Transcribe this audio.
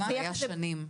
שנמשכו שנים.